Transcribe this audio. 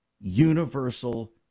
universal